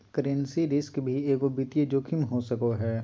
currency risk भी एगो वित्तीय जोखिम हो सको हय